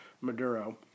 Maduro